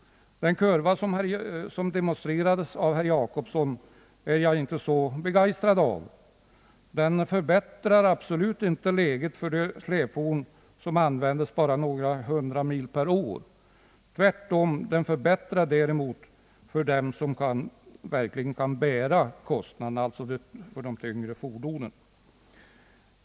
Den kurva som demonstrerades av herr Gösta Jacobsson är jag inte särskilt begeistrad av. Enligt den förbättras absolut inte läget för de släpfordon som används endast några hundra mil per år — tvärtom. Däremot förbättras läget för dem som verkligen kan bära kostnaderna, dvs. de tyngre fordonen.